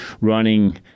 running